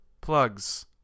plugs